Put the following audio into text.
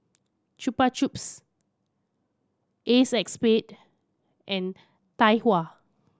Chupa Chups Acexspade and Tai Hua